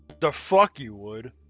the fuck you would?